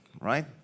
right